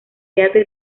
teatro